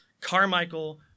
Carmichael